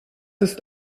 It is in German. ist